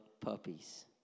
puppies